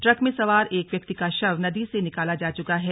truck में सवार एक व्यक्ति का शव नदी से निकाला जा चुका है